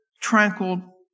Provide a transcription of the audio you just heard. tranquil